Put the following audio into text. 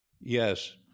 Yes